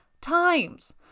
times